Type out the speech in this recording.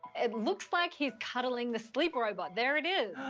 it looks like he's cuddling the sleep robot! there it is!